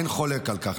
אין חולק על כך,